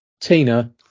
Tina